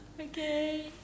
Okay